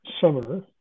summer